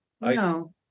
No